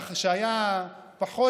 שהיה פחות,